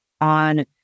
on